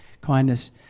kindness